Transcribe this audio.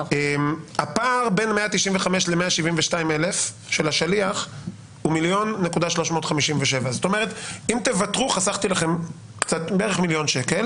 הפער בין 195,000 ל-172,000 של השליח הוא 1,357,000. זאת אומרת שאם תוותרו חסכתי לכם בערך מיליון שקל